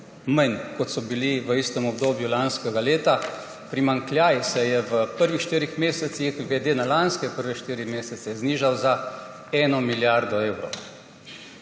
manj, kot so bili v istem obdobju lanskega leta, primanjkljaj se je v prvih štirih mesecih glede na lanske prve štiri mesece znižal za 1 milijardo evrov.